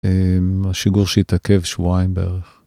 ‫השיגור שהתעכב שבועיים בערך.